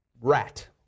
rat